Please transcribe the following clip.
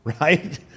Right